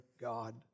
God